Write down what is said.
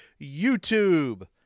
YouTube